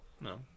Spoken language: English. No